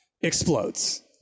explodes